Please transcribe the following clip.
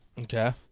Okay